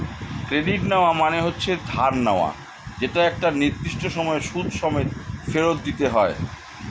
credit নেওয়া মানে হচ্ছে ধার নেওয়া যেটা একটা নির্দিষ্ট সময়ে সুদ সমেত ফেরত দিতে হয়